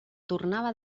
tornava